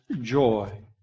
joy